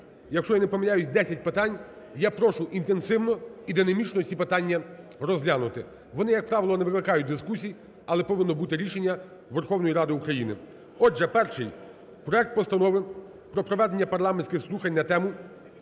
якщо я не помиляюсь, 10 питань. Я прошу інтенсивно і динамічно ці питання розглянути. Вони, як правило, не викликають дискусій, але повинно бути рішення Верховної Ради України. Отже, перший. Проект Постанови про проведення парламентських слухань на тему: